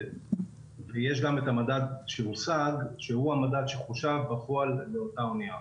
יש גם את המדד שהושג שהוא המדד שחושב בפועל באותה אנייה.